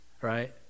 right